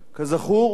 כזכור,